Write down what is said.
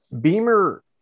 Beamer